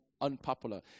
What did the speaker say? unpopular